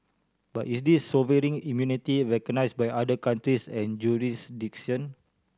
but is this sovereign immunity recognised by other countries and jurisdictions